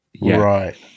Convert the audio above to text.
right